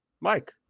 Mike